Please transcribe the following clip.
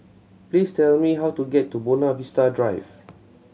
please tell me how to get to North Buona Vista Drive